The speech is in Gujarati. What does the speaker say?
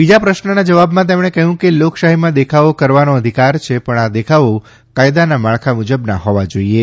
બીજા પ્રશ્નના જવાબમાં તેમણે કહ્યું કે લોકશાહીમાં દેખાવો કરવાનો અધિકાર છે પણ આ દેખાવો કાયદાના માળખા મુજબના હોવા જોઈએ